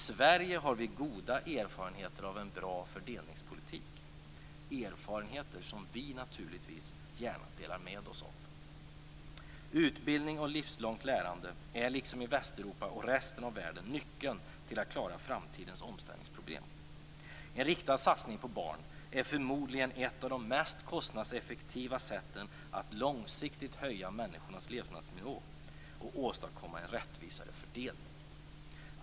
I Sverige har vi goda erfarenheter av en bra fördelningspolitik, erfarenheter som vi naturligtvis gärna delar med oss av. Utbildning och livslångt lärande är, liksom i Västeuropa och resten av världen, nyckeln till att klara framtidens omställningsproblem.